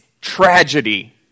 tragedy